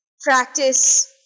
practice